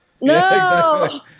No